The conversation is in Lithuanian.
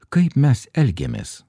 kaip mes elgiamės